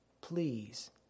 please